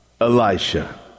Elisha